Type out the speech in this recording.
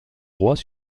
droits